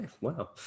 wow